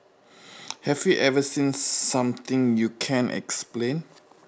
have you ever seen something you can't explain